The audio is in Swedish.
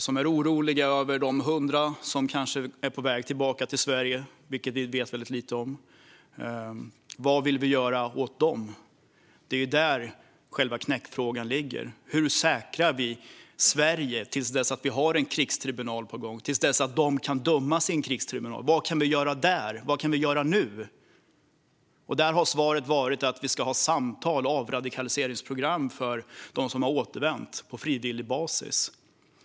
De är också oroliga över de 100 som kanske är på väg tillbaka till Sverige, något som vi vet väldigt lite om. Vad vill vi göra åt dem? Det är där själva knäckfrågan ligger. Hur säkrar vi Sverige till dess att vi har en krigstribunal på plats och de kan dömas där? Vad kan vi göra åt detta nu ? Svaret har varit att vi ska ha samtal och avradikaliseringsprogram för dem som har återvänt, på frivillig basis.